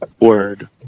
Word